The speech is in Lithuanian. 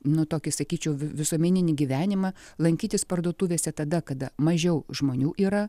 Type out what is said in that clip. nu tokį sakyčiau visuomeninį gyvenimą lankytis parduotuvėse tada kada mažiau žmonių yra